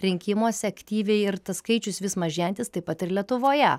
rinkimuose aktyviai ir tas skaičius vis mažėjantis taip pat ir lietuvoje